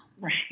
Right